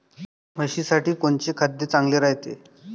म्हशीसाठी कोनचे खाद्य चांगलं रायते?